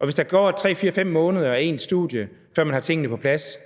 3, 4 eller 5 måneder af ens studie, før man har tingene på plads,